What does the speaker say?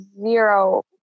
zero